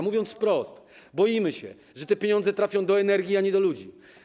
Mówiąc wprost, boimy się, że te pieniądze trafią do Energi, a nie do ludzi.